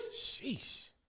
Sheesh